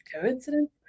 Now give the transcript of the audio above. Coincidence